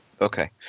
Okay